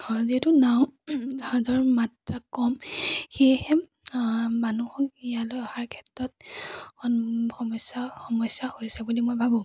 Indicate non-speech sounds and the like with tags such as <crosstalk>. যিহেতু নাও জাহাজৰ মাত্ৰা কম সেয়েহে মানুহক ইয়ালৈ অহাৰ ক্ষেত্ৰত <unintelligible> সমস্যা সমস্যা হৈছে বুলি মই ভাবোঁ